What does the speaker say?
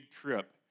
trip